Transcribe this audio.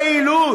מה הבהילות?